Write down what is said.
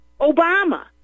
Obama